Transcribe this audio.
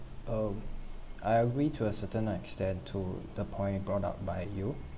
uh I agree to a certain extent to the point brought up by you